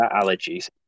allergies